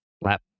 Lap